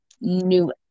new